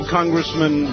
Congressman